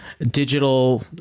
digital